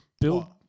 Bill